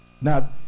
Now